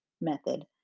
method